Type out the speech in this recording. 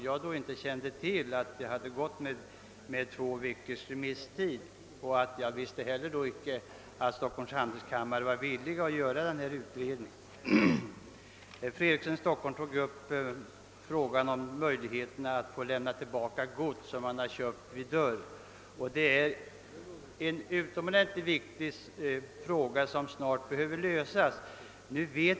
Jag kände under utskottsbehandlingen inte till att remisstiden varit endast två veckor och att Stockholms handelskammare var villig att göra denna utredning. Fru Eriksson i Stockholm tog upp frågan om möjligheten att få lämna tillbaka gods som köpts vid dörr. Det är en utomordentligt viktig fråga, som snart bör lösas.